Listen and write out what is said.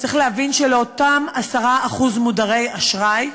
צריך להבין שלאותם 10% מודרי אשראי,